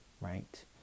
right